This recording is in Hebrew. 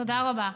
תודה רבה.